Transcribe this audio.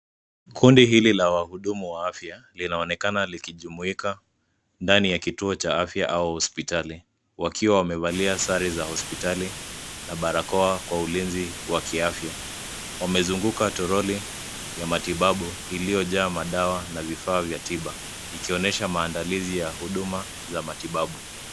Kundi hili la wahudumu wa afya linaonekana likijumuika ndani ya kituo cha afya au hospitali wakiwa wamevalia sare za hospitali na barakoa kwa ulinzi wa kiafya. Wamezunguka toroli ya matibabu iliyojaa madawa na vifaa vya tiba, ikionyesha maandalizi ya huduma za matibabu.